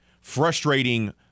frustrating